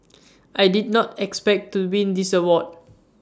I did not expect to win this award